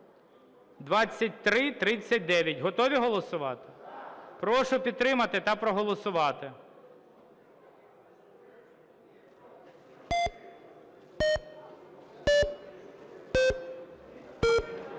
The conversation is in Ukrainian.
(2339). Готові голосувати? Прошу підтримати та проголосувати.